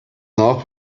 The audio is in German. nach